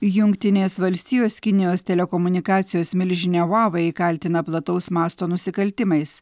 jungtinės valstijos kinijos telekomunikacijos milžinę uawei kaltina plataus masto nusikaltimais